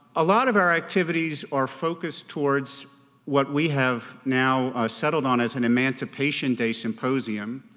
a lot of our activities are focused towards what we have now settled on as an emancipation day symposium.